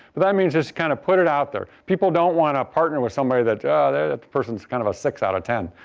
but that means just kind of put it out there. people don't want to partner with somebody that ah says that person is kind of a six out of ten.